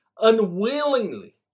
unwillingly